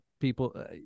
people